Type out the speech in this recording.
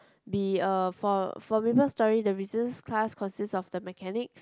be a for for Maplestory the Resistance Class consist of the Mechanics